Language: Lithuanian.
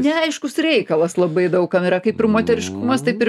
neaiškus reikalas labai daug kam yra kaip ir moteriškumas taip ir